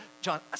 John